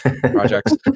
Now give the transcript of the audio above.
projects